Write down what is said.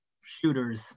shooters